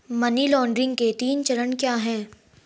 Money laundering के तीन चरण क्या हैं?